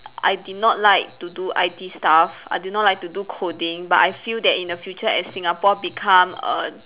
I did not like to do I_T stuff I did not like to do coding but I feel that in the future as Singapore become a